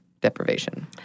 deprivation